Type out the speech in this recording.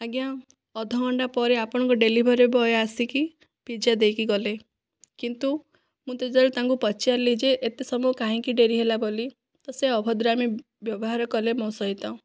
ଆଜ୍ଞା ଅଧଘଣ୍ଟା ପରେ ଆପଣଙ୍କ ଡେଲିଭରି ବୟ ଆସିକି ପିଜ୍ଜା ଦେଇକି ଗଲେ କିନ୍ତୁ ମୁଁ ଯେତେବେଳେ ତାଙ୍କୁ ପଚାରିଲି ଯେ ଏତେ ସମୟ କାହିଁକି ଡେରି ହେଲା ବୋଲି ସେ ଅଭଦ୍ରାମୀ ବ୍ୟବହାର କଲେ ମୋ ସହିତ